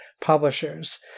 publishers